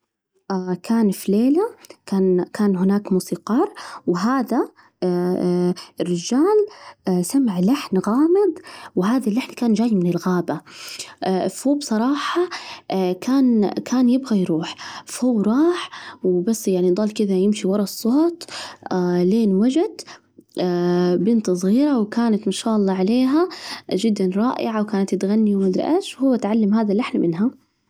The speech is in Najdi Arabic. كان في ليلة كان كان هناك موسيقار، وهذا رجل سمع لحن غامض، و هذا اللحن كان جاي من الغابة، فهو بصراحة كان كان يبغى يروح، فهو راح وبس، يعني ظل كده يمشي ورا الصوت لين وجد بنت صغيرة، وكانت ما شاء الله عليها جدًا رائعة، وكانت تغني وما أدري إيش، هو تعلم هذا اللحن منها.